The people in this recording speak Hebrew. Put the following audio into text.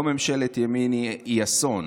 לא ממשלת ימין, היא אסון.